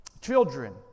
Children